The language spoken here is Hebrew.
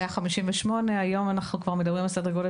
בעבר זה היה 58 והיום אנחנו כבר מדברים על סדר גודל